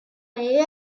est